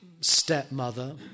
stepmother